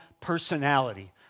personality